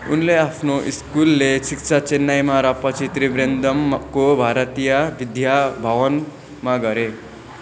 उनले आफ्नो स्कुले शिक्षा चेन्नईमा र पछि त्रिवेन्द्रमको भारतीय विद्या भवनमा गरे